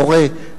יורה,